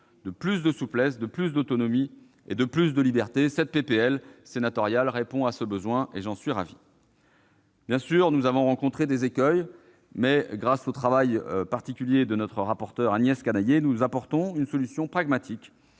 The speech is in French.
de plus de souplesse, de plus d'autonomie et de plus de libertés. Cette proposition de loi sénatoriale répond à ce besoin et j'en suis ravi. Bien sûr, nous avons rencontré des écueils, mais, grâce au travail de notre rapporteur, Agnès Canayer, nous apportons une solution pragmatique